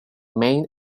main